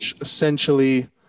essentially